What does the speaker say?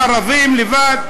הערבים לבד,